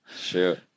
Shoot